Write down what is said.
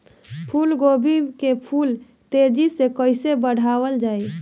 फूल गोभी के फूल तेजी से कइसे बढ़ावल जाई?